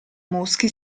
muschi